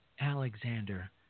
Alexander